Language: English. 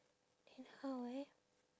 then how eh